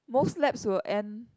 most labs will end